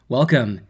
Welcome